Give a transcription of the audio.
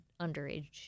underage